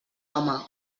home